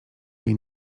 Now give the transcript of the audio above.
tej